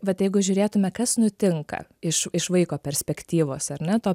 vat jeigu žiūrėtume kas nutinka iš iš vaiko perspektyvos ar ne to